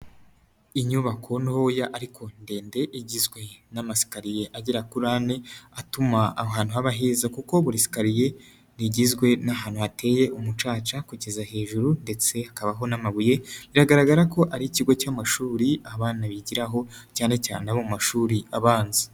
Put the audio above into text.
Inyubako ntoya ariko ndende igizwe n'amasikariye agera kuri ane atuma aho hantu haba heza kuko buri sikariye igizwe n'ahantu hateye umucaca kugeza hejuru ndetse ikabaho n'amabuye biragaragara ko ari ikigo cy'amashuri abana bigiraho cyane cyane abo mu mashuri abanza.